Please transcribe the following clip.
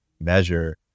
measure